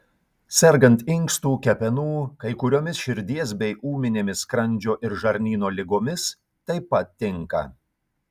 sergant inkstų kepenų kai kuriomis širdies bei ūminėmis skrandžio ir žarnyno ligomis taip pat tinka